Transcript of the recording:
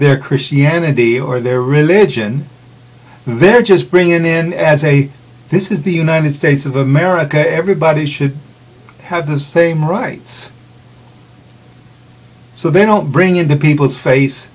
their christianity or their religion they're just bring him in as a this is the united states of america everybody should have the same rights so they don't bring in peoples face